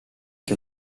che